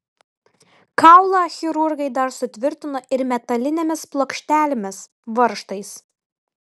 kaulą chirurgai dar sutvirtino ir metalinėmis plokštelėmis varžtais